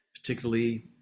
particularly